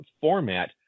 format